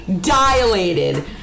dilated